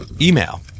Email